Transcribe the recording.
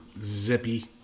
zippy